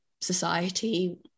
society